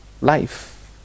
life